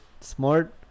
smart